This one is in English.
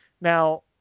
Now